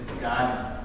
God